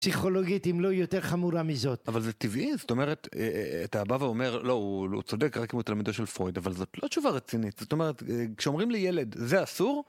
פסיכולוגית, אם לא יותר חמורה מזאת. אבל זה טבעי? זאת אומרת, אתה בא ואומר, לא, הוא צודק רק אם הוא תלמידו של פרויד, אבל זאת לא תשובה רצינית. זאת אומרת, כשאומרים לי ילד, זה אסור?